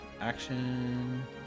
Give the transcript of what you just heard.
action